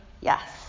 yes